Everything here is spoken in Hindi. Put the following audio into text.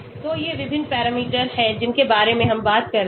तो ये विभिन्न पैरामीटर हैं जिनके बारे में हम बात कर रहे हैं